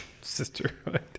sisterhood